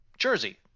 Jersey